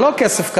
זה לא כסף קטן.